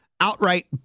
outright